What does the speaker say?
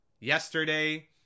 Yesterday